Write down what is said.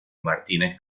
martínez